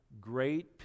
great